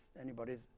anybody's